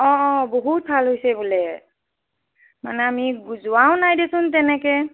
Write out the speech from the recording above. অঁ অঁ বহুত ভাল হৈছে বোলে মানে আমি যোৱাও নাই দেচোন তেনেকৈ